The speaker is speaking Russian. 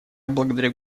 благодарю